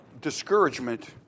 discouragement